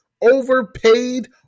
overpaid